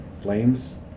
Flames